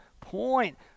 point